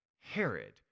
Herod